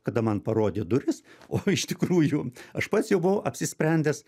kada man parodė duris po iš tikrųjų aš pats jau buvau apsisprendęs